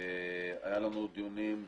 היו לנו דיונים,